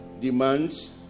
demands